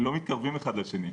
לא מתקרבים אחד לשני,